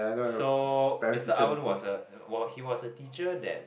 so Mister Arun was a he was a teacher that